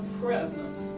presence